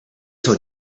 till